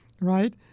right